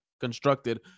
constructed